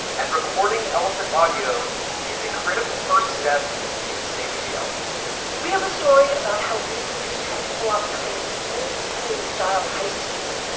and recording elephant audio is a critical first step in saving the elephants we have a story about how researchers tried to pull off a kind of old-school-style heist scheme.